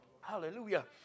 Hallelujah